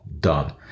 done